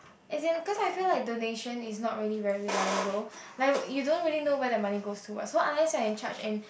as in because I feel like donation is not really very reliable like you don't really know where the money goes to what so unless you are in charge and